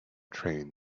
train